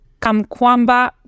Kamkwamba